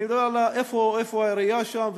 אני מדבר על המקום שהעירייה שם,